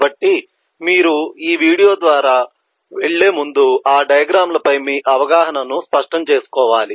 కాబట్టి మీరు ఈ వీడియో ద్వారా వెళ్ళే ముందు ఆ డయాగ్రమ్ లపై మీ అవగాహనను స్పష్టం చేసుకోవాలి